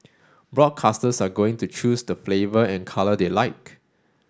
broadcasters are going to choose the flavour and colour they like